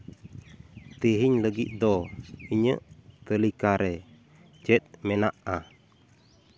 ᱛᱮᱦᱮᱧ ᱞᱟᱹᱜᱤᱫ ᱫᱚ ᱤᱧᱟᱹᱜ ᱛᱟᱹᱞᱤᱠᱟ ᱨᱮ ᱪᱮᱫ ᱢᱮᱱᱟᱜᱼᱟ